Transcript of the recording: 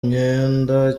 myenda